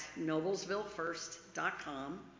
noblesvillefirst.com